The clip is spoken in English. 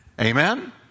Amen